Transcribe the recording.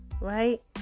right